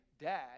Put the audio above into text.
dad